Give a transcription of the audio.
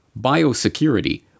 biosecurity